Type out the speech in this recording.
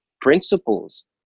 principles